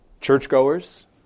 churchgoers